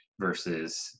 versus